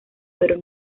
pero